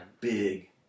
big